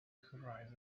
horizon